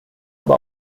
aber